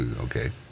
Okay